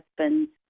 husband's